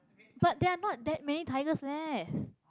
but there are not that many tigers left